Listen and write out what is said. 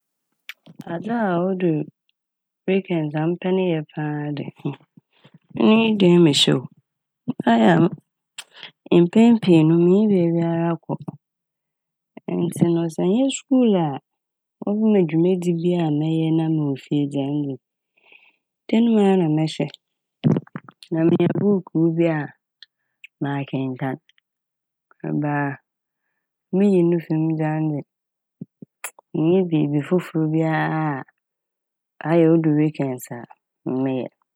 Adze a odur "weekends" a mepɛ ne nyɛe paa de ɛno nye dee mu hyɛ oo ɔyɛ a mpɛn pii no minnyi beebiara kɔ ntsi no sɛ nnyɛ skuul a wɔbɛma dwumadzi bi a mɛyɛ na mowɔ fie dze a ɛno dze dan mu a na mɛhyɛ na minya buukuu bi a makenkan ba a miyi ɛno fi mu dze a ɛno dze minnyi biibi fofor bia a ayɛ odu "weekends" a meyɛ.